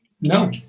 No